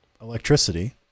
electricity